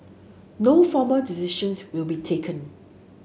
no formal decisions will be taken